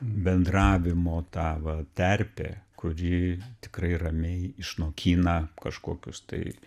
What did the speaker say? bendravimo ta va terpė kuri tikrai ramiai išnokina kažkokius tai